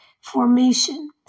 Formation